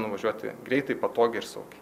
nuvažiuoti greitai patogiai ir saugiai